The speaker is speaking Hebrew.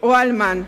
או לאלמן.